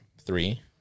three